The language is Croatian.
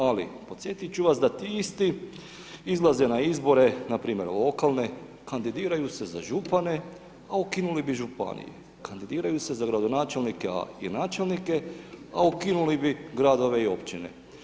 Ali podsjetiti ću vam da ti isti izlaze na izbore, npr. lokalne, kandidiraju se za župane a ukinuli bi županije, kandidiraju se za gradonačelnike i načelnike a ukinuli bi gradove i općine.